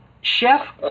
Chef